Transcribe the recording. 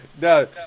No